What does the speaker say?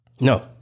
No